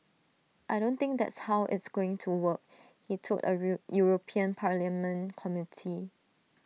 I don't think that's how it's going to work he told A real european parliament committee